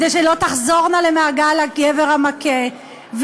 כדי שלא תחזורנה למעגל הגבר המכה,